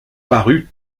paru